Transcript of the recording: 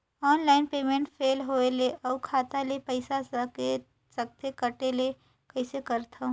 Online payment fail होय ले अउ खाता ले पईसा सकथे कटे ले कइसे करथव?